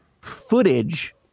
footage